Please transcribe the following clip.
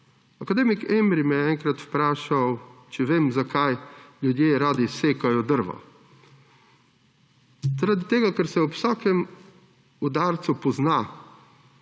Akademik Emri me je enkrat vprašal, če vem, zakaj ljudje radi sekajo drva. Zaradi tega, ker se ob vsakem udarcu pozna